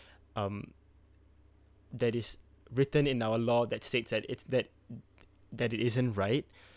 um that is written in our law that states that it's that that isn't right